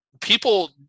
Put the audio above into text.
people